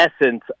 essence